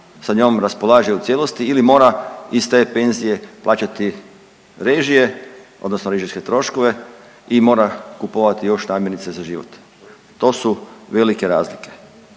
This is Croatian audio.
sa njom raspolaže u cijelosti ili mora iz te penzije plaćati režije odnosno režijske troškove i mora kupovati još namirnica za život, to su velike razlike.